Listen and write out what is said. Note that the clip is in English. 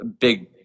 big